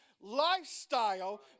lifestyle